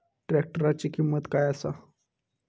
ट्रॅक्टराची किंमत काय आसा?